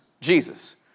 Jesus